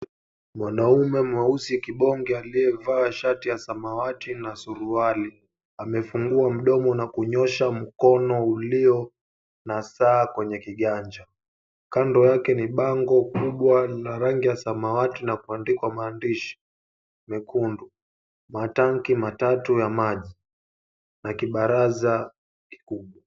Mwanaume mweusi kibonge aliyevaa shati la samawati na suruali, amefungua mdomo na kunyosha mkono ulio na saa kwenye kiganja. Kando yake ni bango kubwa lina rangi ya samawati na limeandikwa maandishi mekundu. Matanki matatu ya maji na kibaraza kikubwa.